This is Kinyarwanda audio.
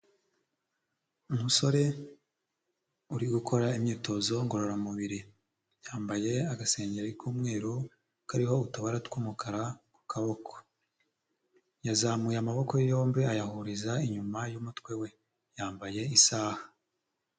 Umusore uri gukora imyitozo ngororamubiri, yambaye agasengeri k'umweru kariho utubara tw'umukara ku kaboko, yazamuye amaboko ye yombi ayahuriza inyuma y'umutwe we, yambaye isaha.